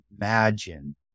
imagine